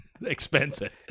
Expensive